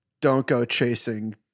don't-go-chasing